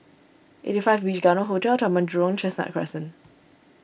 eight five Beach Garden Hotel Taman Jurong Chestnut Crescent